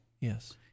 Yes